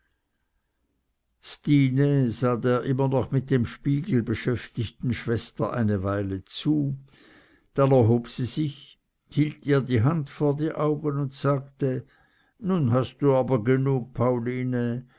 sah der immer noch mit dem spiegel beschäftigten schwester eine weile zu dann erhob sie sich hielt ihr die hand vor die augen und sagte nun hast du aber genug pauline